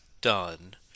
done